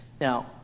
now